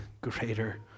greater